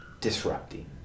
disrupting